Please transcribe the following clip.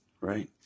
right